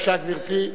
בבקשה, גברתי.